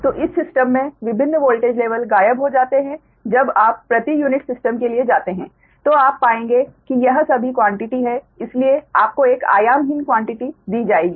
तो इस सिस्टम में विभिन्न वोल्टेज लेवल गायब हो जाते हैं जब आप प्रति यूनिट सिस्टम के लिए जाते हैं तो आप पाएंगे कि यह सभी क्वान्टिटी है इसलिए आपको एक आयामहीन क्वान्टिटी दी जाएगी